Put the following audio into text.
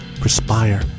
Perspire